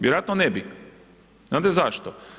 Vjerojatno ne bi, znate zašto?